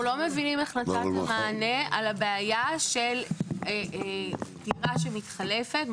אנחנו לא מבינים איך נתתם מענה על הבעיה של דירה שמתחלפת,